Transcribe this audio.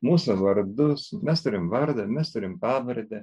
mūsų vardus mes turim vardą mes turim pavardę